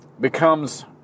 becomes